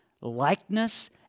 likeness